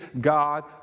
God